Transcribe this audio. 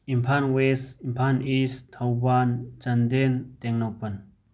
Imphal west Imphal east Thoubal Chandel Tengnoupal